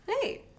Hey